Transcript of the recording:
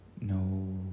No